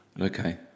Okay